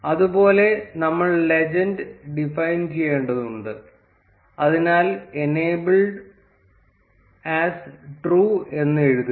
അതുപോലെ നമ്മൾ legend define ചെയ്യേണ്ടതുണ്ട് അതിനാൽ എനേബിൾഡ് ആസ് ട്രൂ എന്ന് എഴുതുക